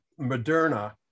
Moderna